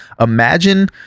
imagine